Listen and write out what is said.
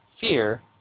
fear